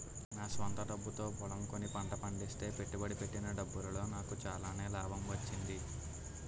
నా స్వంత డబ్బుతో పొలం కొని పంట పండిస్తే పెట్టుబడి పెట్టిన డబ్బులో నాకు చాలానే లాభం వచ్చింది